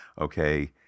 Okay